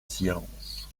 silence